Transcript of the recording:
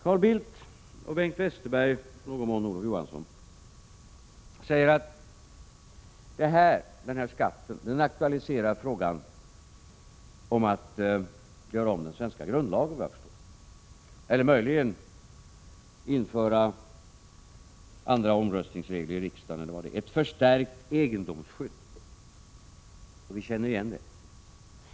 Carl Bildt och Bengt Westerberg, och i någon mån även Olof Johansson, säger att den här skatten aktualiserar, såvitt jag förstår, frågan om att göra om den svenska grundlagen eller möjligen införa andra omröstningsregler i riksdagen som ett förstärkt egendomsskydd. Vi känner igen det.